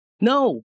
No